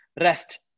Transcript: rest